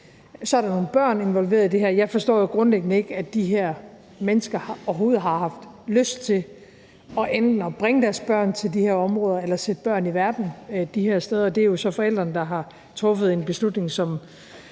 Så er der nogle børn, der er involveret i det her, og jeg forstår jo grundlæggende ikke, at de her mennesker overhovedet har haft lyst til enten at bringe deres børn til de her områder eller sætte børn i verden de her steder, og det er jo så forældrene, der har truffet en beslutning, som